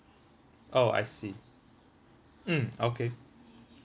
orh I see mm okay